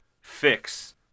fix